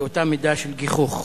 באותה מידה של גיחוך.